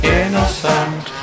innocent